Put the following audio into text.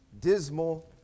dismal